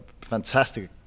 fantastic